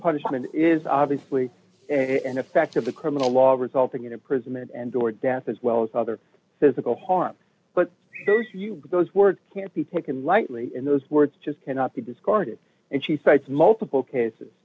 punishment is obviously an effect of the criminal law resulting in imprisonment and or death as well as other physical harm but those words can't be taken lightly in those words just cannot be discarded and she cites multiple cases